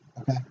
Okay